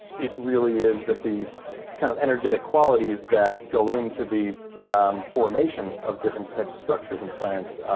it really is that the kind of energetic qualities that go into the formation of different types of structures and plants,